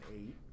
eight